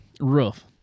rough